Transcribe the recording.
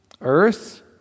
earth